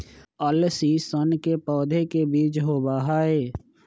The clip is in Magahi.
अलसी सन के पौधे के बीज होबा हई